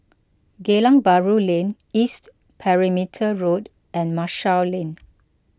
Geylang Bahru Lane East Perimeter Road and Marshall Lane